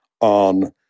on